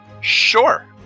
sure